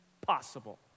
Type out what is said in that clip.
possible